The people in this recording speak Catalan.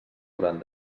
hauran